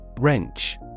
Wrench